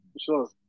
Sure